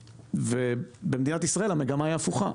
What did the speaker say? בעוד שבמדינת ישראל המגמה היא הפוכה.